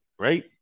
right